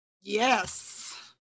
Yes